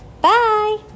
Bye